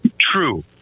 True